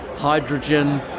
hydrogen